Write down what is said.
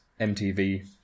MTV